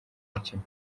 mukino